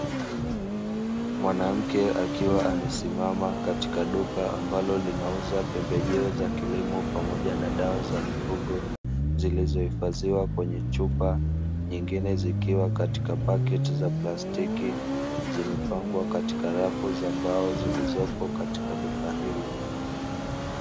Mwanamke akiwa amesimama katika duka ambalo linauza pembejeo za kilimo pamoja na dawa za mifugo, zilizohifadhiwa kwenye chupa, nyingine zikiwa katika pakiti za plastiki, zimepangwa katika rafu za mbao zilizopo katika duka hilo.